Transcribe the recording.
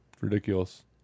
Ridiculous